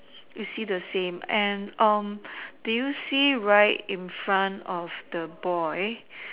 you see the same and um do you see right in front of the boy